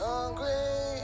Hungry